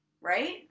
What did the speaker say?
Right